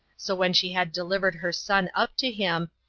so when she had delivered her son up to him,